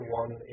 one